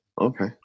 okay